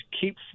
keep